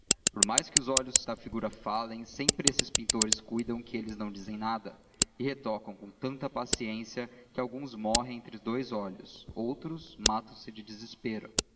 por mais que os olhos da figura falem sempre esses pintores cuidam que eles não dizem nada e retocam com tanta paciência que alguns morrem entre dous olhos outros matam se de desespero